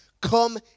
Come